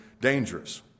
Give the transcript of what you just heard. dangerous